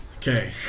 Okay